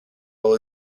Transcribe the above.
while